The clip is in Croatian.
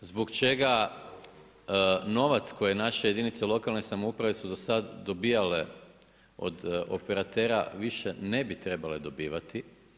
Zbog čega novac koje naše jedinice lokalne samouprave su do sad dobivale od operatera više ne bi trebale dobivati.